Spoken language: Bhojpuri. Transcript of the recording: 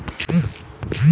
शिक्षा खातिर लोन कैसे मिली?